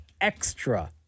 extra